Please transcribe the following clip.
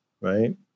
right